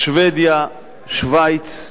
שבדיה, שווייץ,